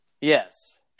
Yes